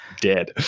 dead